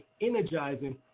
energizing